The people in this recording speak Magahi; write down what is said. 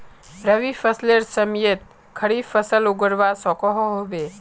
रवि फसलेर समयेत खरीफ फसल उगवार सकोहो होबे?